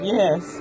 yes